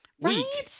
right